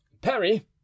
Perry